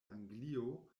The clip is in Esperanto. anglio